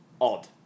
odd